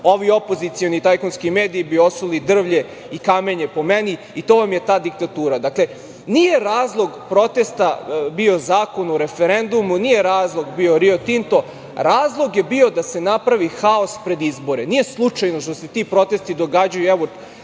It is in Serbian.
ovi opozicioni tajkunski mediji bi osuli drvlje i kamenje po meni. To vam je ta diktatura. Dakle, nije razlog protesta bio Zakon o referendumu, nije razlog bio „Rio Tinto“. Razlog je bio da se napravi haos pred izbore. Nije slučajno što se ti protesti događaju nekoliko